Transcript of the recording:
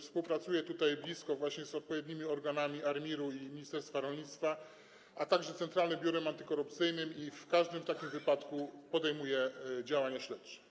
Współpracuje tutaj blisko z odpowiednimi organami ARiMR i ministerstwa rolnictwa, a także Centralnym Biurem Antykorupcyjnym i w każdym takim wypadku podejmuje działania śledcze.